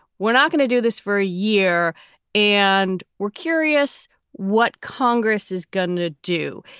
we're not going to do this for a year and we're curious what congress is going to do.